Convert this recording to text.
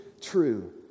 true